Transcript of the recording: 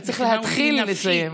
אתה צריך להתחיל לסיים.